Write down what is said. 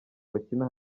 bakina